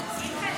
אני קובע כי ההצעה